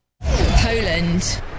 Poland